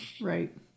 Right